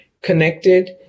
connected